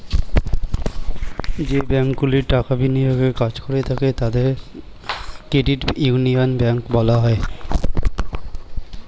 যে ব্যাঙ্কগুলি টাকা বিনিয়োগের কাজ করে থাকে তাদের ক্রেডিট ইউনিয়ন ব্যাঙ্ক বলা হয়